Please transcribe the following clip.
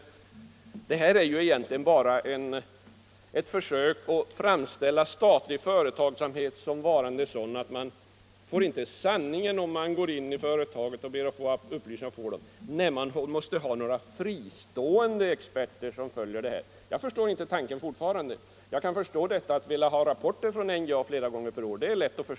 Egentligen är det fråga om ett försök att framställa statlig företagsamhet som varande sådan att man inte får fram sanningen om man går in i företaget och ber att få upplysningar. Nej, man måste ha fristående experter som följer verksamheten. Jag förstår inte den här tanken. Däremot är det lätt att förstå ett önskemål om rapporter från NJA flera gånger per år.